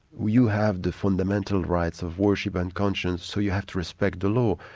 you you have the fundamental rights of worship and conscience, so you have to respect the law.